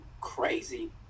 crazy